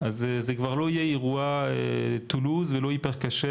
זה כבר לא יהיה אירוע טולוז ולא 'היפר כשר'.